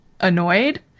annoyed